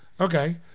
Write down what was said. Okay